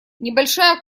небольшая